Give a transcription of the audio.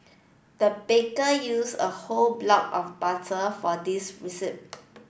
the baker use a whole block of butter for this recipe